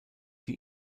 die